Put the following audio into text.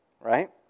Right